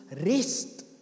rest